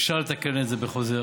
אפשר לתקן את זה בחוזר.